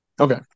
Okay